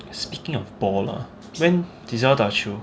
speaking of ball lah when 几时要打球